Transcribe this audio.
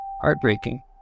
Heartbreaking